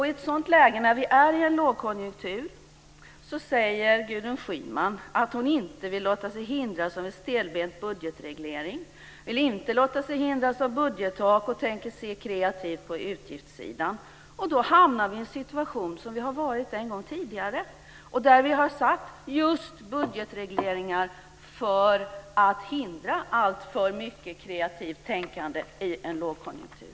I ett sådant läge då vi befinner oss i en lågkonjunktur säger Gudrun Schyman att hon inte vill låta sig hindras av en stelbent budgetreglering, inte vill låta sig hindras av budgettak och tänker se kreativt på utgiftssidan. Då hamnar vi i en situation som vi har varit i en gång tidigare. Och vi har gjort budgetregleringar just för att hindra alltför mycket kreativt tänkande i en lågkonjunktur.